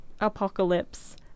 apocalypse